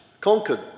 conquered